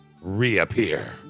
reappear